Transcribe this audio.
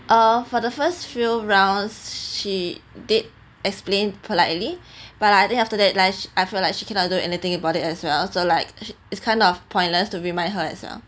uh for the first few rounds she did explained politely but like I think after that like I feel like she cannot do anything about it as well so like it's kind of pointless to remind her as well